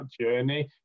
journey